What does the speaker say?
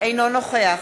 אינו נוכח